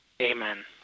Amen